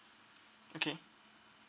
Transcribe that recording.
okay